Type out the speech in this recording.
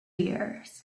years